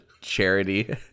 charity